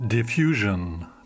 Diffusion